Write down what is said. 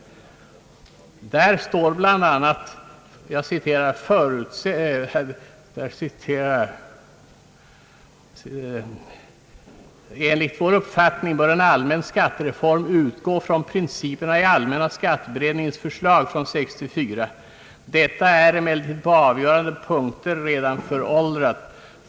Där står bl.a.: »Enligt vår uppfattning bör en allmän skattereform utgå från principerna i allmänna skatteberedningens förslag från 1964. Detta är emellertid på avgörande punkter redan föråldrat.